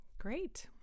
great